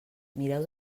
mireu